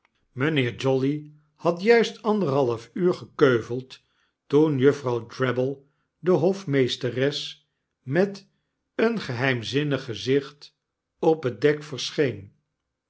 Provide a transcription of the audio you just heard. mynheer jolly had juist anderhalf uur gekeuveld toen juffrouw drabble de hofmeesteres met een geheimzinnig gezicht op het dek verscheen